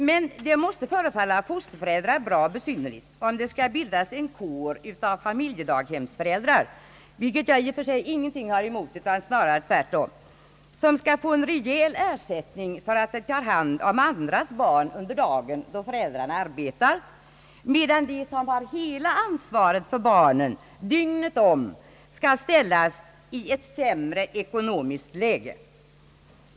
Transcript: Men det måste förefalla fosterföräldrar bra besynnerligt, om det skall bildas en kår av familjedaghemsföräldrar — vilket jag i princip ingenting har emot utan snarare tvärtom — som skall få en rejäl ersättning för att de tar hand om andras barn under dagen då föräldrarna arbetar, medan de som har hela ansvaret för barnen dygnet om skall ställas i ett sämre ekonomiskt läge.